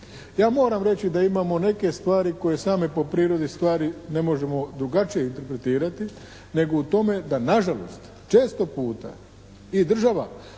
Ja moram reći da imamo neke stvari koje same po prirodi stvari ne možemo drugačije interpretirati nego u tome da nažalost često puta i država